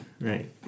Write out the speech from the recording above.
Right